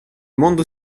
mondo